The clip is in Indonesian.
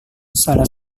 salah